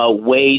ways